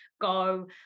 go